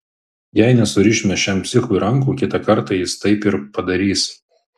jei nesurišime šiam psichui rankų kitą kartą jis taip ir padarys